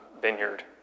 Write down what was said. vineyard